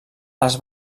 els